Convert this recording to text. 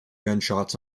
gunshots